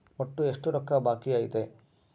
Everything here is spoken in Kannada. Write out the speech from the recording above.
ಒಟ್ಟು ಎಷ್ಟು ರೊಕ್ಕ ಬಾಕಿ ಐತಿ?